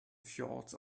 fjords